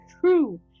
true